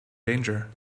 danger